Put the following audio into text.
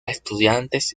estudiantes